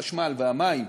החשמל והמים.